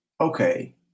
okay